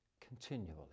continually